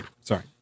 sorry